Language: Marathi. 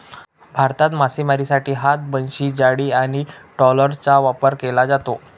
भारतात मासेमारीसाठी हात, बनशी, जाळी आणि ट्रॉलरचा वापर केला जातो